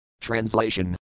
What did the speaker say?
Translation